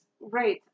right